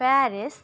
Paris